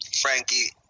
Frankie